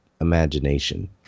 imagination